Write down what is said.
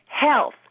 health